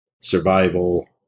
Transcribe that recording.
survival